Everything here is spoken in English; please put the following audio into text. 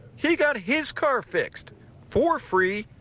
he got his car fixed for free.